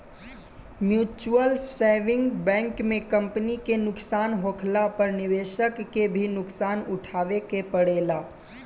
mutual saving bank में company के नुकसान होखला पर निवेशक के भी नुकसान उठावे के पड़ेला